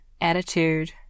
attitude